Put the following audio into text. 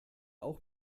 auch